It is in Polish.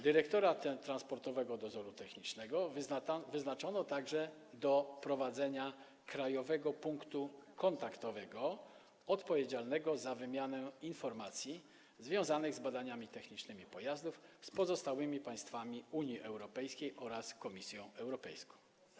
Dyrektora Transportowego Dozoru Technicznego wyznaczono także do prowadzenia Krajowego Punktu Kontaktowego odpowiedzialnego za wymianę informacji związanych z badaniami technicznymi pojazdów z pozostałymi państwami Unii Europejskiej oraz Komisją Europejską.